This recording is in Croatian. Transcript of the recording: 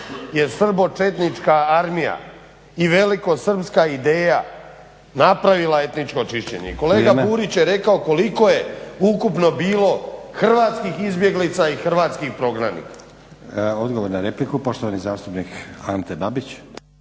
je srbočetnička armija i velikosrpska ideja napravila etničko čišćenje. I kolega Burić je rekao koliko je ukupno bilo hrvatskih izbjeglica i hrvatskih prognanika. **Stazić, Nenad (SDP)** Odgovor na repliku, poštovani zastupnik Ante Babić.